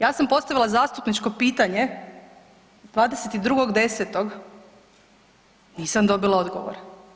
Ja sam postavila zastupničko pitanje 22.10., nisam dobila odgovor.